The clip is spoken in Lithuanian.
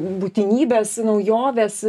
būtinybes naujoves